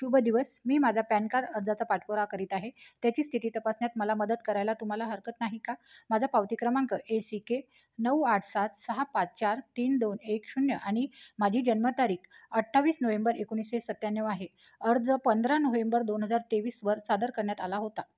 शुभदवस मी माझा pan card अर्जाचा पाठपुरावा करीत आहे त्याची स्थिती तपासण्यात मला मदत करायला तुम्हाला हरकत नाही का माझा पावती क्रमांक ए सी के नऊ आठ सात सहा पाच चार तीन दोन एक शून्य आणि माझी जन्मतारीख अठ्ठावीस नोहेंबर एकोणीसशे सत्त्याण्णव आहे अर्ज पंधरा नोव्हेंबर दोन हजार तेवीसवर सादर करण्यात आला होता